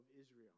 Israel